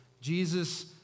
Jesus